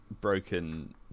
broken